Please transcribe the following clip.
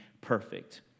perfect